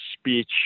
speech